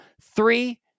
three